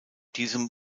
diesem